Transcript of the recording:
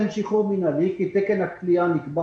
אין שחרור מינהלי כי תקן הכליאה נקבע